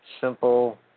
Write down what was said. simple